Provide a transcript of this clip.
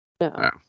No